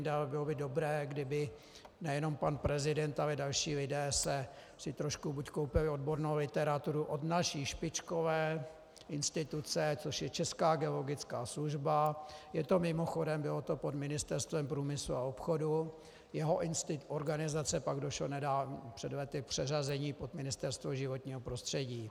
Ale bylo by dobré, kdyby nejenom pan prezident, ale i další lidé si trošku buď koupili odbornou literaturu od naší špičkové instituce, což je Česká geologická služba, bylo to mimochodem pod Ministerstvem průmyslu a obchodu, jeho institut organizace pak došel před lety k přeřazení pod Ministerstvo životního prostředí.